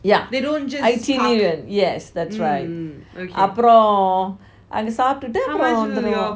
yeah I see yes that's right அப்புறம் அங்க சாப்டுட்டு வந்துடுவோம்:apram anga saptutu vanthuduvom